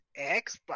Xbox